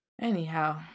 Anyhow